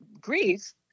grief